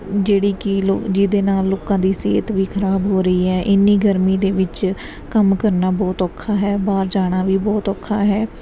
ਜਿਹੜੀ ਕਿ ਲੋ ਜਿਹਦੇ ਨਾਲ ਲੋਕਾਂ ਦੀ ਸਿਹਤ ਵੀ ਖਰਾਬ ਹੋ ਰਹੀ ਹੈ ਇੰਨੀ ਗਰਮੀ ਦੇ ਵਿੱਚ ਕੰਮ ਕਰਨਾ ਬਹੁਤ ਔਖਾ ਹੈ ਬਾਹਰ ਜਾਣਾ ਵੀ ਬਹੁਤ ਔਖਾ ਹੈ